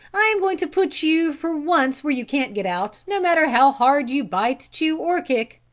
i am going to put you for once where you can't get out, no matter how hard you bite, chew or kick.